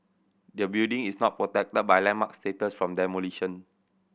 the building is not protected by landmark status from demolition